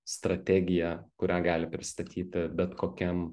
strategiją kurią gali pristatyti bet kokiam